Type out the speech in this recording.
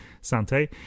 Sante